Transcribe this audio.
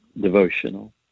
devotional